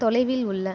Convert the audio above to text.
தொலைவில் உள்ள